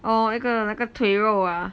哦一个那个腿肉啊